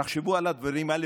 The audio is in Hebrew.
תחשבו על הדברים האלה,